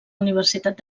universitat